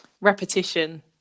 repetition